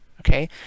okay